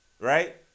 right